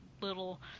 little